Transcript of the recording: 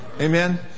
Amen